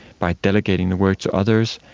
by delegating the work to others,